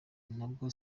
nabwo